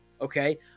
okay